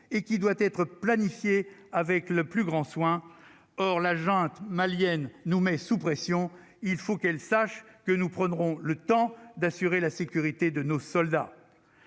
et qui doit être planifiée avec le plus grand soin, or la junte malienne nous met sous pression, il faut qu'elle sache que nous prendrons le temps d'assurer la sécurité de nos soldats,